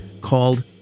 called